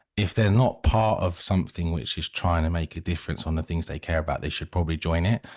if they're not part of something which is trying to make a difference on the things they care about they should probably join it.